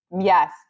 Yes